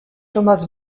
thomas